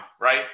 right